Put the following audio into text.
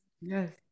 yes